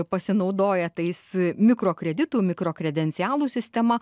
pasinaudoja tais mikrokreditų mikro kredencialų sistema